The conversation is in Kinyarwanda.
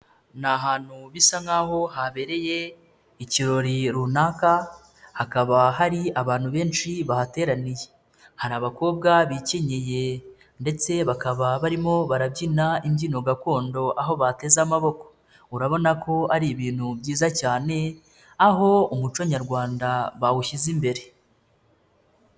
Ni ahantu bisa nkahohabereye ikirori runaka, hakaba hari abantu benshi bahateraniye. Hari abakobwa bikenyeye ndetse bakaba barimo barabyina imbyino gakondo, aho bateze amaboko. Urabona ko ari ibintu byiza cyane, aho umuco nyarwanda bawushyize imbere.